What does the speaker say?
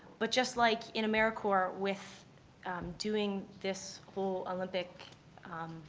but just like in americorps with doing this whole olympic